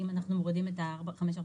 אם אנחנו מורידים את 549(ד),